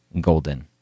golden